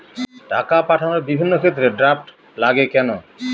টাকা পাঠানোর বিভিন্ন ক্ষেত্রে ড্রাফট লাগে কেন?